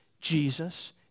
Jesus